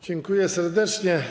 Dziękuję serdecznie.